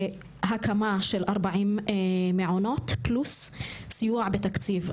הקמה של 40 מעונות פלוס סיוע בתקציב.